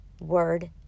word